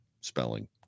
spelling